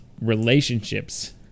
relationships